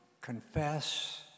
confess